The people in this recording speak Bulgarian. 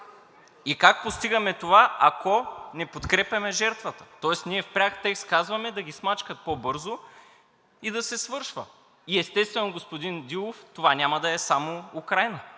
Как постигаме това, ако не подкрепяме жертвата? Тоест ние в пряк текст казваме – да ги смачкат по-бързо и да се свършва. Естествено, господин Дилов, това няма да е само Украйна,